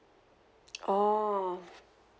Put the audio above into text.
orh